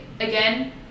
again